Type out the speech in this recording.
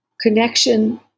Connection